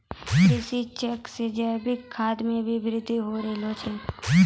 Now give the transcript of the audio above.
कृषि चक्र से जैविक खाद मे भी बृद्धि हो रहलो छै